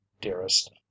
dearest